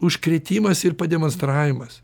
užkrėtimas ir pademonstravimas